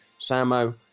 Samo